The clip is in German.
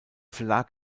verlag